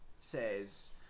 says